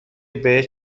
بهش